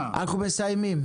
אנחנו מסיימים.